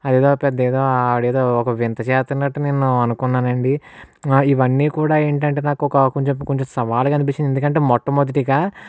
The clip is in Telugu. అదేదో పెద్దెదో ఆవిడ ఎదో ఒక వింత చేస్తునట్టు నేను అనుకున్నాను అండి ఇవన్నీ కూడా ఏంటి అంటే నాకు ఒక కొంచం కొంచెం సవాలుగా అనిపించింది ఎందుకు అంటే మొట్టమొదటిగా